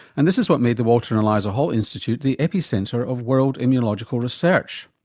and this is what made the walter and eliza hall institute the epicentre of world immunological research.